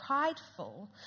prideful